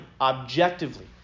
objectively